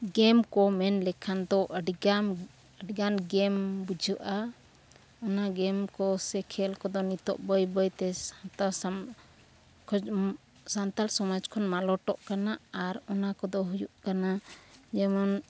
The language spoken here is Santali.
ᱜᱮᱢ ᱠᱚ ᱢᱮᱱ ᱞᱮᱠᱷᱟᱱ ᱫᱚ ᱟᱹᱰᱤᱜᱟᱱ ᱜᱮᱢ ᱠᱚ ᱵᱩᱡᱷᱟᱹᱜᱼᱟ ᱚᱱᱟ ᱜᱮᱢ ᱠᱚ ᱥᱮ ᱠᱷᱮᱞ ᱠᱚᱫᱚ ᱵᱟᱹᱭ ᱵᱟᱹᱭᱛᱮ ᱥᱟᱶᱛᱟ ᱥᱚᱢᱟᱡᱽ ᱥᱟᱱᱛᱟᱲ ᱥᱚᱢᱟᱡᱽ ᱠᱷᱚᱱ ᱢᱟᱞᱚᱴᱚᱜ ᱠᱟᱱᱟ ᱟᱨ ᱚᱱᱟ ᱠᱚᱫᱚ ᱦᱩᱭᱩᱜ ᱠᱟᱱᱟ ᱡᱮᱢᱚᱱ